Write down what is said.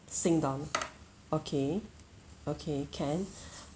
sing dollar okay okay can